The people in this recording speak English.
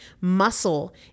Muscle